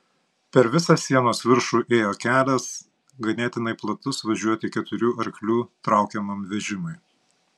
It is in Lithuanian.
per visą sienos viršų ėjo kelias ganėtinai platus važiuoti keturių arklių traukiamam vežimui